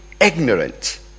ignorant